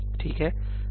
ठीक है